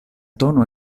tono